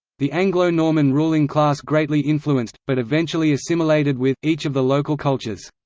the anglo-norman ruling class greatly influenced, but eventually assimilated with, each of the local cultures.